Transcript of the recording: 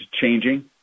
changing